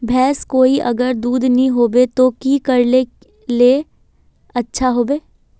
भैंस कोई अगर दूध नि होबे तो की करले ले अच्छा होवे?